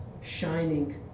shining